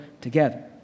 together